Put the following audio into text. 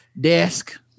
desk